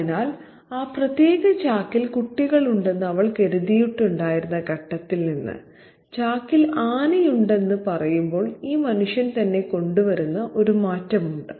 അതിനാൽ ആ പ്രത്യേക ചാക്കിൽ കുട്ടികളുണ്ടെന്ന് അവൾ കരുതിയിട്ടുണ്ടായിരുന്ന ഘട്ടത്തിൽ നിന്ന് ചാക്കിൽ ആനയുണ്ടെന്ന് പറയുമ്പോൾ ഈ മനുഷ്യൻ തന്നെ കൊണ്ടുവരുന്ന ഒരു മാറ്റമുണ്ട്